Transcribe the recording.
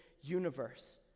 universe